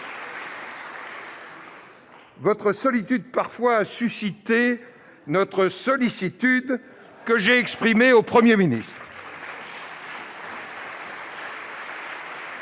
Votre solitude a parfois suscité notre sollicitude, que j'ai exprimée au Premier ministre.